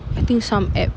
I think some app